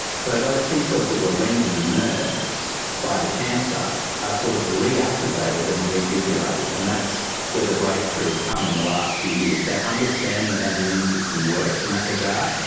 so those t-cells that were rendered inert by the cancer, are sort of reactivated and reinvigorated. and that's where the breakthrough's come in the last few years that understanding of how the immune system works in that regard,